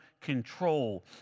control